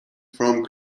from